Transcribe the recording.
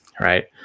Right